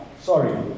Sorry